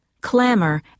clamor